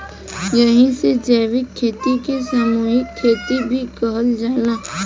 एही से जैविक खेती के सामूहिक खेती भी कहल जाला